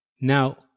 Now